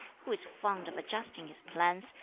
who is fond of adjusting his plans,